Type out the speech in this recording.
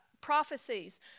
prophecies